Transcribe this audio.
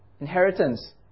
inheritance